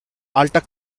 alter